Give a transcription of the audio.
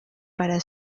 para